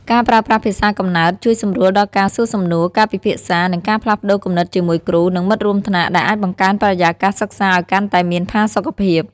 ការប្រើប្រាស់ភាសាកំណើតជួយសម្រួលដល់ការសួរសំណួរ ការពិភាក្សា និងការផ្លាស់ប្តូរគំនិតជាមួយគ្រូ និងមិត្តរួមថ្នាក់ ដែលអាចបង្កើនបរិយាកាសសិក្សាឱ្យកាន់តែមានផាសុកភាព។